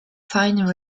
fine